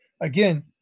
again